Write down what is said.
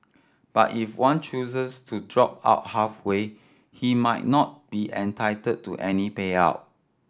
but if one chooses to drop out halfway he might not be entitled to any payout